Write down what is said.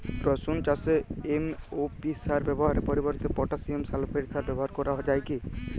রসুন চাষে এম.ও.পি সার ব্যবহারের পরিবর্তে পটাসিয়াম সালফেট সার ব্যাবহার করা যায় কি?